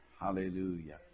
Hallelujah